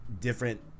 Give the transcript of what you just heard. different